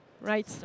right